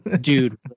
dude